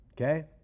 Okay